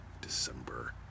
December